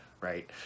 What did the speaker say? right